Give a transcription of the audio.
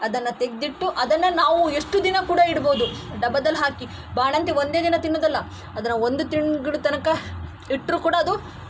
ಅದನ್ನು ತೆಗೆದ್ಬಿಟ್ಟು ಅದನ್ನು ನಾವು ಎಷ್ಟು ದಿನ ಕೂಡ ಇಡ್ಬೋದು ಡಬ್ಬದಲ್ಲಿ ಹಾಕಿ ಬಾಣಂತಿ ಒಂದೇ ದಿನ ತಿನ್ನೋದಲ್ಲ ಅದನ್ನು ಒಂದು ತಿಂಗಳ ತನಕ ಇಟ್ಟರೂ ಕೂಡ ಅದು